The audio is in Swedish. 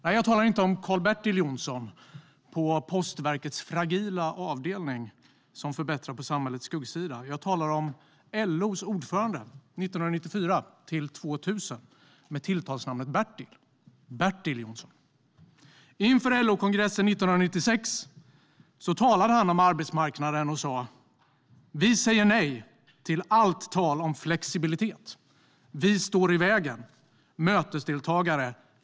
Nej, jag talar inte om Karl-Bertil Jonsson på Postverkets fragila avdelning som förbättrade på samhällets skuggsida, utan jag talar om LO:s ordförande 1994-2000 med tilltalsnamnet Bertil - Bertil Jonsson. Inför LO-kongressen 1996 talade han om arbetsmarknaden och sa: "Vi säger nej till allt tal om flexibilitet. Vi står i vägen. Mötesdeltagare!